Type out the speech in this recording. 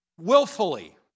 willfully